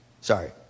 Sorry